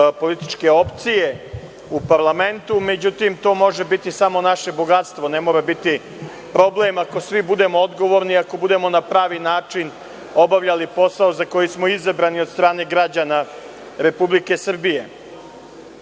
političke opcije u parlamentu.Međutim to može biti samo naše bogatstvo, ne mora biti problem ako svi budemo odgovorni, ako budemo na pravi način obavljali posao za koji smo izabrani od strane građana Republike Srbije. Ono